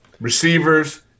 receivers